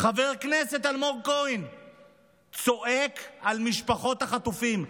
חבר הכנסת אלמוג כהן צועק על משפחות החטופים.